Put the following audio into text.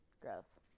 Gross